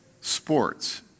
sports